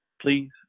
please